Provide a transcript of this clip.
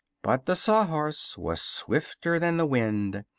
but the sawhorse was swifter than the wind.